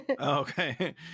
Okay